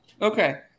Okay